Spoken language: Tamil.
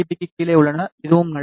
க்குக் கீழே உள்ளன இதுவும் நல்லது